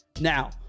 Now